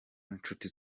nshuti